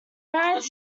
married